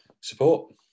support